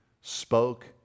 spoke